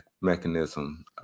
mechanism